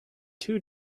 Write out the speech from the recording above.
two